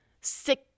sick